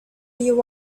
you